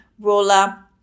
roller